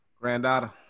Granddaughter